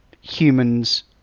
humans